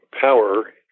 power